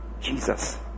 Jesus